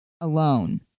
alone